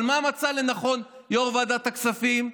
אבל מה מצא לנכון יו"ר ועדת הכספים,